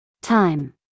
Time